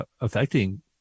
affecting